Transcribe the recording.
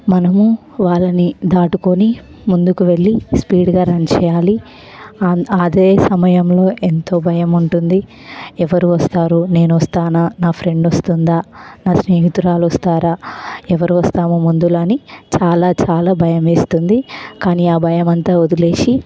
మనము వాళ్ళని దాటుకుని ముందుకు వెళ్ళి స్పీడ్గా రన్ చెయ్యాలి అం అదే సమయంలో ఎంతో భయం ఉంటుంది ఎవరు వస్తారు నేనొస్తానా నా ఫ్రెండ్ వస్తుందా నా స్నేహితురాలు వస్తారా ఎవరు వస్తాము ముందుగా అని చాలా చాలా భయం వేస్తుంది కానీ ఆ భయం అంతా వదిలేసి